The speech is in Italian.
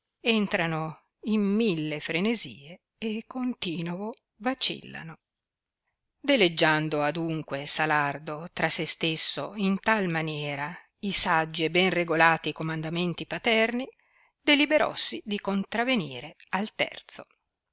entrano in mille frenesie e continovo vacillano deleggiando adunque salardo tra se stesso in tal maniera i saggi e ben regolati comandamenti paterni deliberossi di contravenire al terzo